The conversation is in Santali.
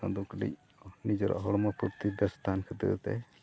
ᱚᱱᱟ ᱫᱚ ᱠᱟᱹᱴᱤᱡ ᱱᱤᱡᱮᱨᱟᱜ ᱦᱚᱲᱢᱚ ᱯᱷᱩᱨᱛᱤ ᱵᱮᱥ ᱛᱟᱦᱮᱱ ᱠᱷᱟᱹᱛᱤᱨᱛᱮ